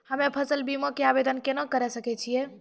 हम्मे फसल बीमा के आवदेन केना करे सकय छियै?